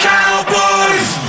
Cowboys